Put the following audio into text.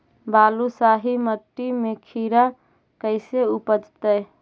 बालुसाहि मट्टी में खिरा कैसे उपजतै?